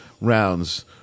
rounds